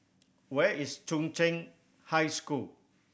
where is Chung Cheng High School